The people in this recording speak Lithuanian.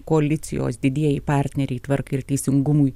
koalicijos didieji partneriai tvarka ir teisingumui